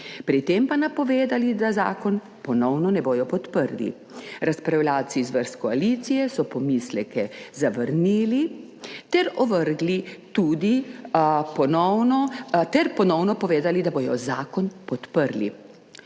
Pri tem pa napovedali, da zakona ponovno ne bodo podprli. Razpravljavci iz vrst koalicije so pomisleke zavrnili ter ponovno povedali, da bodo zakon podprli.